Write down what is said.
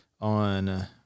on